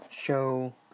show